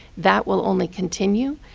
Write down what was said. that will only continue.